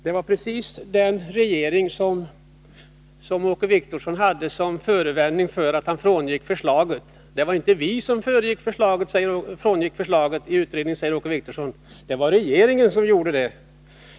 Det var precis den regeringen som Åke Wictorsson hade som förevändning för att han frångick förslaget. Det var inte vi som frångick förslaget i utredningen, säger Åke Wictorsson. Det var regeringen som gjorde det.